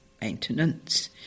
maintenance